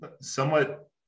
somewhat